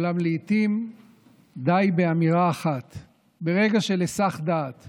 אולם לעיתים די באמירה אחת ברגע של היסח דעת